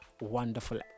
wonderful